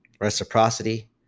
reciprocity